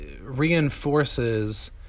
reinforces